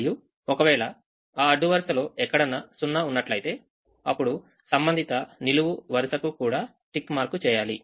మరియు ఒకవేళ ఆ అడ్డు వరుసలో ఎక్కడన్నా సున్నా ఉన్నట్లయితే అప్పుడు సంబంధిత నిలువు వరుసకు కూడా టిక్ మార్క్ చేయాలి